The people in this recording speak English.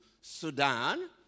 Sudan